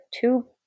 two